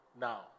now